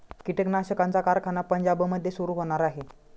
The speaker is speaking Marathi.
कीटकनाशकांचा कारखाना पंजाबमध्ये सुरू होणार आहे